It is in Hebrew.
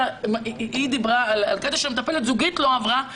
לילי דיברה על המטפלת הזוגית שלא עברה הכשרה,